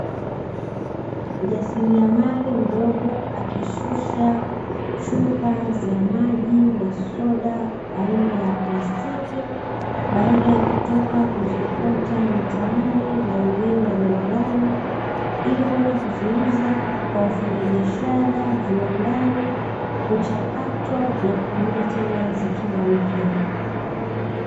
Mjasiriamali mdogo akishusha chupa za maji na soda aina ya plastiki, baada ya kutoka kuziokota mitaani na eneo la jalalani ili kwenda kuziuza kwa wafanyabiashara viwandani kuchakatwa na kurudi zikiwa mpya.